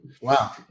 Wow